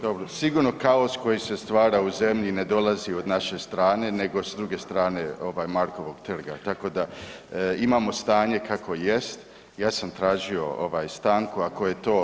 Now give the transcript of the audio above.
Dobro, sigurno kaos koji se stvara u zemlji, ne dolazi od naše strane nego s druge strane Markovog trga, tako da, imamo stanje kakvo jest, ja sam tražio stanku, ako je to